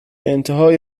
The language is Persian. انتهای